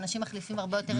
וגם בגלל